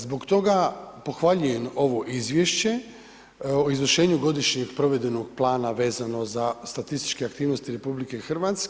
Zbog toga pohvaljujem ovo izvješće o izvršenju Godišnjeg provedbenog plana vezano za statističke aktivnosti RH.